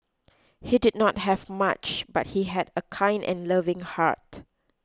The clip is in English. he did not have much but he had a kind and loving heart